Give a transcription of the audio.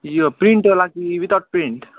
यो प्रिन्टवाला कि विदाउट प्रिन्ट